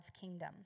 kingdom